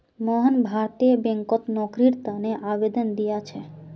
मोहन भारतीय बैंकत नौकरीर तने आवेदन दिया छे